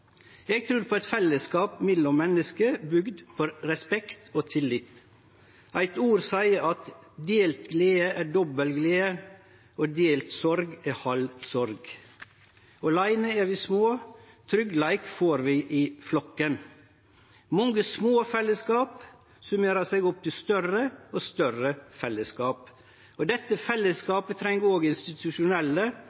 Eg trur på eit fellesskap mellom menneske bygd på respekt og tillit. Eit ord seier at delt glede er dobbel glede, og delt sorg er halv sorg. Åleine er vi små. Tryggleik får vi i flokken. Mange små fellesskap summerer seg opp til større og større fellesskap. Dette fellesskapet treng òg institusjonelle rammer og